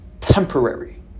temporary